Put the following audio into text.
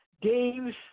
Dave's